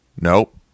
Nope